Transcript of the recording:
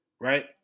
Right